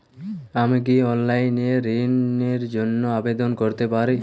আমি কি অনলাইন এ ঋণ র জন্য আবেদন করতে পারি?